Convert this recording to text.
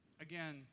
Again